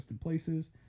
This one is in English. Places